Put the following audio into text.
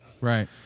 Right